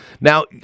Now